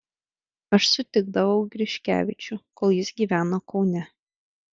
aš sutikdavau griškevičių kol jis gyveno kaune